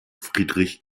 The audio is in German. friedrich